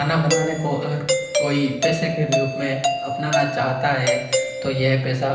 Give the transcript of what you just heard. खाना बनाने को अगर कोई पैसे के रूप में अपनाना चाहता है तो यह पैसा